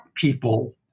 people